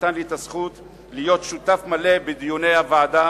שנתן לי את הזכות להיות שותף מלא בדיוני הוועדה.